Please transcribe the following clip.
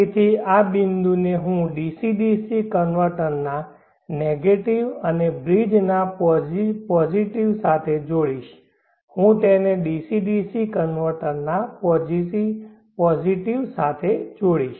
તેથી આ બિંદુ ને હું ડીસી ડીસી કન્વર્ટરના નેગેટીવ અને બ્રિજ ના પોઝિટિવ સાથે જોડીશ હું તેને ડીસી ડીસી કન્વર્ટરના પોઝિટિવ સાથે જોડીશ